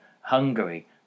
Hungary